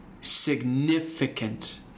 significant